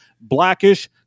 Blackish